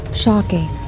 Shocking